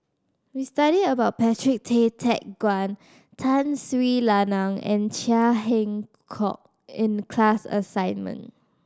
we studied about Patrick Tay Teck Guan Tun Sri Lanang and Chia Keng Hock in the class assignment